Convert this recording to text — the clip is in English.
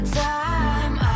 time